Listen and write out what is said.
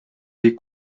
des